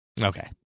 Okay